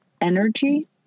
energy